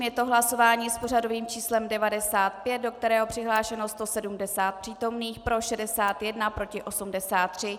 Je to hlasování s pořadovým číslem 95, do kterého je přihlášeno 170 přítomných, pro 61, proti 83.